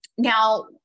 Now